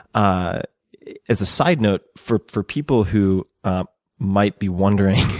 ah as a side note, for for people who might be wondering,